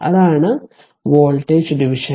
അതാണ് voltage division